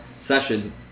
session